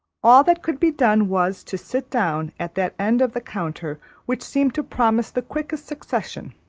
all that could be done was, to sit down at that end of the counter which seemed to promise the quickest succession